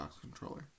controller